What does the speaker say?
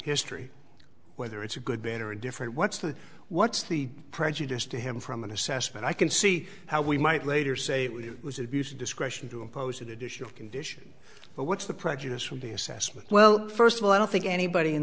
history whether it's a good bet or a different what's the what's the prejudice to him from an assessment i can see how we might later say it was abuse of discretion to impose additional condition but what's the prejudice from the assessment well first of all i don't think anybody in